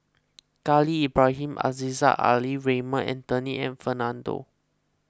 Khalil Ibrahim Aziza Ali Raymond Anthony and Fernando